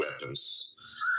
weapons